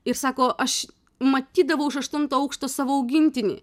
ir sako aš matydavau iš aštunto aukšto savo augintinį